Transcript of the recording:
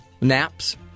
Naps